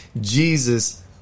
Jesus